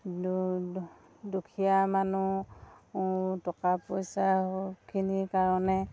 দুখীয়া মানুহ টকা পইচাখিনিৰ কাৰণে